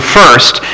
first